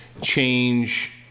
change